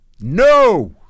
No